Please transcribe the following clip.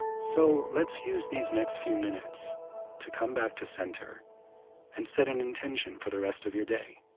so let's use these next few minutes to come back to center and set an intention for the rest of your day.